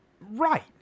Right